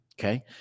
Okay